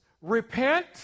repent